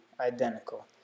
identical